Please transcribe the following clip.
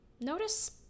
Notice